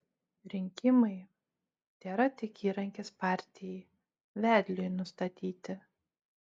rinkimai tėra tik įrankis partijai vedliui nustatyti